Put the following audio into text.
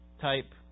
Type